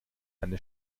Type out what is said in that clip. eine